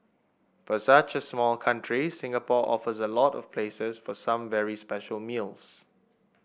for such a small country Singapore offers a lot of places for some very special meals